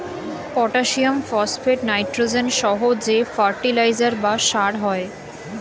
potassium, phosphate, nitrogen সহ যে fertiliser বা সার হয়